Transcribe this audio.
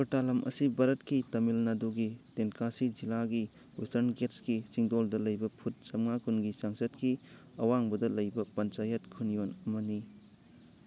ꯀꯣꯔꯇꯥꯂꯝ ꯑꯁꯤ ꯚꯥꯔꯠꯀꯤ ꯇꯥꯃꯤꯜꯅꯥꯗꯨꯒꯤ ꯇꯦꯟꯀꯥꯁꯤ ꯖꯤꯜꯂꯥꯒꯤ ꯋꯦꯁꯇꯔꯟ ꯒꯦꯠꯁꯀꯤ ꯆꯤꯡꯗꯣꯜꯗ ꯂꯩꯕ ꯐꯨꯠ ꯆꯥꯝꯃꯉꯥ ꯀꯨꯟꯒꯤ ꯆꯥꯡꯆꯠꯀꯤ ꯑꯋꯥꯡꯕꯗ ꯂꯩꯕ ꯄꯟꯆꯥꯌꯠ ꯈꯨꯟꯌꯣꯟ ꯑꯃꯅꯤ